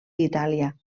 itàlia